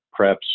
preps